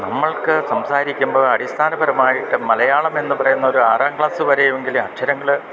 നമ്മൾക്ക് സംസാരിക്കുമ്പോഴ് അടിസ്ഥാനപരമായിട്ട് മലയാളം എന്ന് പറയുന്ന ഒരു ആറാം ക്ളാസ്സ് വരെയെങ്കിലും അക്ഷരങ്ങൾ